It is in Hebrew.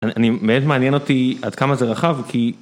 אני באמת מעניין אותי עד כמה זה רחב כי...